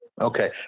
Okay